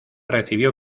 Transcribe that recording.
recibió